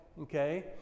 okay